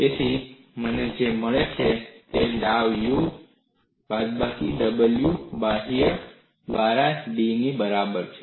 તેથી મને જે મળે છે તે da U બાદબાકી w બાહ્ય દ્વારા d ની બરાબર છે